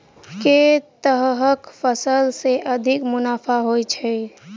केँ तरहक फसल सऽ अधिक मुनाफा होइ छै?